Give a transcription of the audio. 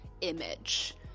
image